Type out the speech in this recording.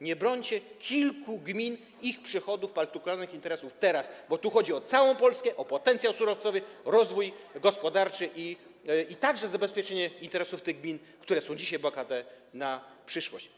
Nie brońcie kilku gmin, ich przychodów, partykularnych interesów teraz, bo tu chodzi o całą Polskę, o potencjał surowcowy, rozwój gospodarczy, a także zabezpieczenie interesów tych gmin, które są dzisiaj bogate, na przyszłość.